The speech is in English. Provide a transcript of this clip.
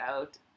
out